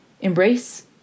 embrace